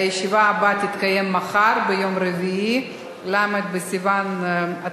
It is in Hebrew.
הישיבה הבאה תתקיים מחר, יום רביעי, ל' בסיוון